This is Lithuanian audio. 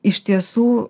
iš tiesų